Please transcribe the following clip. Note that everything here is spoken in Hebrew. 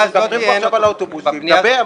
אנחנו מדברים פה עכשיו על האוטובוסים, דבר.